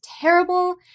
terrible